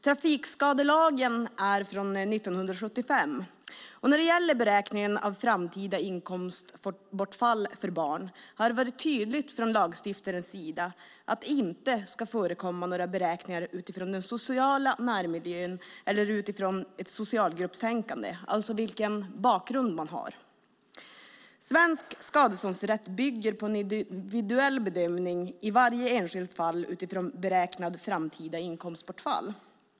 Trafikskadelagen är från 1975, och när det gäller beräkningen av framtida inkomstbortfall för barn har det varit tydligt från lagstiftarens sida att det inte ska förekomma några beräkningar utifrån den sociala närmiljön eller utifrån ett socialgruppstänkande, alltså vilken bakgrund man har. Svensk skadeståndsrätt bygger på en individuell bedömning i varje enskilt fall utifrån beräknat framtida inkomstbortfall.